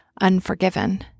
unforgiven